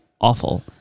awful